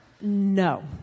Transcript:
No